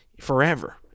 forever